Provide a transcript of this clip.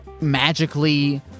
magically